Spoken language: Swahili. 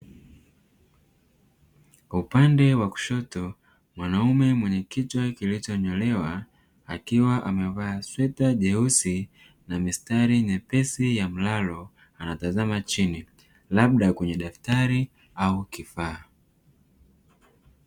Upande wa kushoto mwanaume mwenye kichwa kilichonyolewa akiwa amevaa sweta jeusi na mistari mepesi ya mlalo anatazama chini labda kwenye daftari au kifaa.